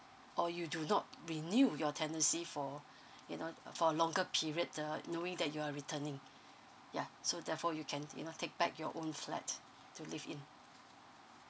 or you do not renew your tenancy for you know for a longer period uh knowing that you are returning yeah so therefore you can you know take back your own flat to live in